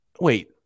Wait